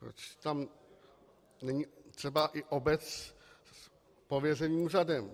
Proč tam není třeba i obec s pověřeným úřadem?